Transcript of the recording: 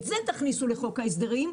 את זה תכניסו בחוק ההסדרים.